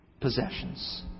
possessions